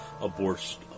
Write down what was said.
abortion